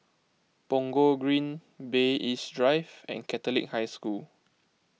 Punggol Green Bay East Drive and Catholic High School